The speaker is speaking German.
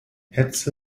hetze